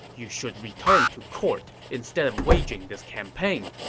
you should return to court instead of waging this campaign.